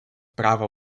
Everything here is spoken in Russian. право